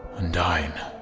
undyne